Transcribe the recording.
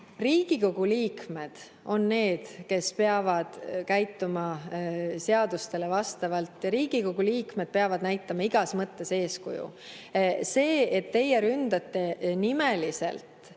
Riigikogu liikmed on need, kes peavad käituma seadustele vastavalt. Riigikogu liikmed peavad näitama igas mõttes eeskuju. See, et teie ründate nimeliselt